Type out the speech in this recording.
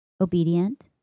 obedient